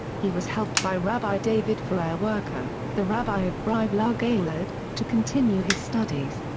he was helped by rabbi david feuerwerker, the rabbi of brive-la-gaillarde, to continue his studies.